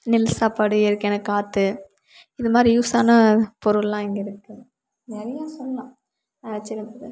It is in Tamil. நெல் சாப்பாடு இயற்கையான காற்று இந்த மாதிரி யூஸான பொருள்லாம் இங்கே இருக்குது நிறையா சொல்லலாம்